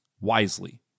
wisely